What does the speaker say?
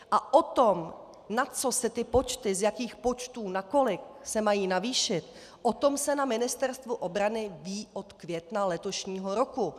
A o tom, na co se ty počty, z jakých počtů na kolik se mají navýšit, o tom se na Ministerstvu obrany ví od května letošního roku.